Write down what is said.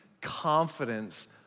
confidence